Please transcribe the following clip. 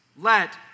let